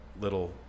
little